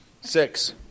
Six